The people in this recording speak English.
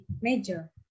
major